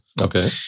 Okay